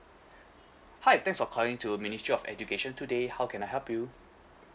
hi thanks for calling to ministry of education today how can I help you